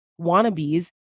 wannabes